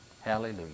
hallelujah